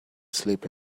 slip